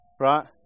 right